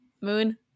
Moon